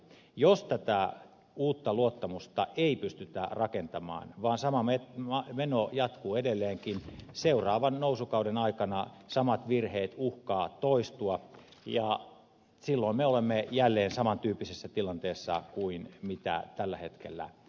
jos tätä uutta luottamusta ei pystytä rakentamaan vaan sama meno jatkuu edelleenkin seuraavan nousukauden aikana samat virheet uhkaavat toistua ja silloin me olemme jälleen saman tyyppisessä tilanteessa kuin mitä tällä hetkellä on